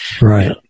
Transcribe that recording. right